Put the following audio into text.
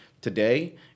Today